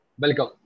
Welcome